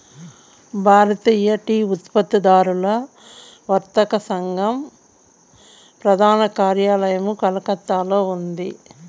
భారతీయ tea ఉత్పత్తిదారుల వర్తక సంఘం ప్రధాన కార్యాలయం కలకత్తాలో ఉంది